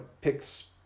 picks